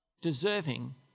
deserving